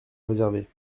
réserver